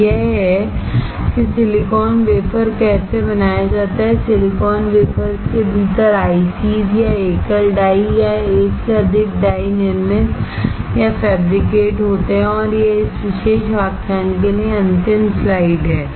तो यह है कि सिलिकॉन वेफर कैसे बनाया जाता है और सिलिकॉन वेफर्स के भीतर ICs या एकल डाई या एक से अधिक डाई निर्मित या फैब्रिकेट होते हैं और यह इस विशेष व्याख्यान के लिए अंतिम स्लाइड है